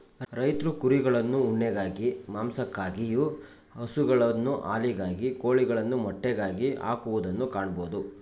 ರೈತ್ರು ಕುರಿಗಳನ್ನು ಉಣ್ಣೆಗಾಗಿ, ಮಾಂಸಕ್ಕಾಗಿಯು, ಹಸುಗಳನ್ನು ಹಾಲಿಗಾಗಿ, ಕೋಳಿಗಳನ್ನು ಮೊಟ್ಟೆಗಾಗಿ ಹಾಕುವುದನ್ನು ಕಾಣಬೋದು